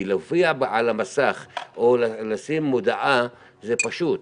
כי להופיע על המסך או לשים מודעה זה פשוט,